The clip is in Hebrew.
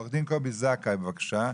עורך דין קובי זכאי, בבקשה.